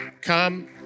come